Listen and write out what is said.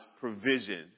provision